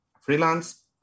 freelance